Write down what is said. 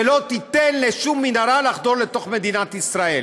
ולא ייתן לשום מנהרה לחדור לתוך מדינת ישראל